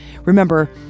Remember